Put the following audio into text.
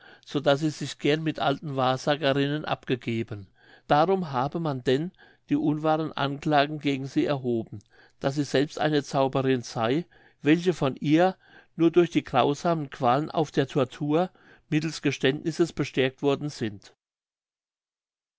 daß sie sich gern mit alten wahrsagerinnen abgegeben darum habe man denn die unwahren anklagen gegen sie erhoben daß sie selbst eine zauberin sey welche von ihr nur durch die grausamen qualen auf der tortur mittelst geständnisses bestärkt worden sind